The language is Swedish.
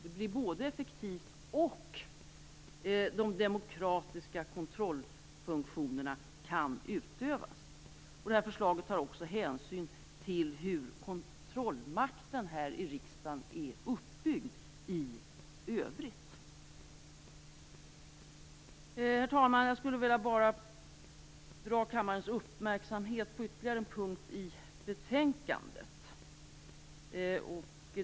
Det blir effektivt och de demokratiska kontrollfunktionerna kan utövas. Det här förslaget tar också hänsyn till hur kontrollmakten här i riksdagen är uppbyggd i övrigt. Herr talman! Jag skulle bara vilja fästa kammarens uppmärksamhet på ytterligare en punkt i betänkandet.